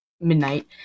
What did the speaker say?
midnight